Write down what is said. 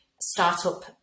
startup